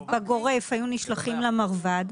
בגורף היו נשלחים למרב"ד,